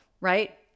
right